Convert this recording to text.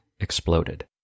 exploded